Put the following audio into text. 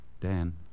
Dan